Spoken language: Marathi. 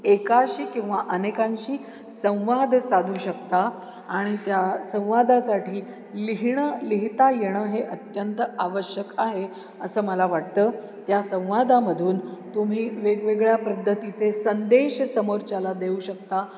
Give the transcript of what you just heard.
एकाशी किंवा अनेकांशी संवाद साधू शकता आणि त्या संवादासाठी लिहिणं लिहिता येणं हे अत्यंत आवश्यक आहे असं मला वाटतं त्या संवादामधून तुम्ही वेगवेगळ्या पद्धतीचे संदेश समोरच्याला देऊ शकता